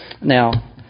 now